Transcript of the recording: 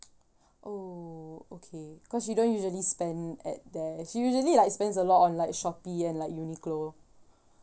oh okay cause she don't usually spend at there she usually like spends a lot on like shopee and like uniqlo